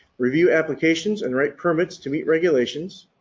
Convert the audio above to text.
review applications and write permits to meet regulations